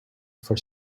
for